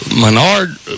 Menard